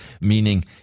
meaning